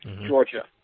Georgia